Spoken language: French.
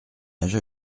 âge